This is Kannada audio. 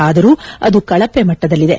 ಆದರೂ ಅದು ಕಳಪೆ ಮಟ್ಟದಲ್ಲಿದೆ